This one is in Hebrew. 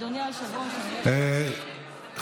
אדוני היושב-ראש, אני לא שומעת את עצמי.